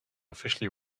officially